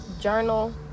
journal